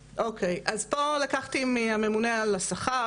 2017). פה לקחתי מהממונה על השכר.